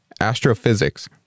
astrophysics